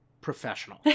professional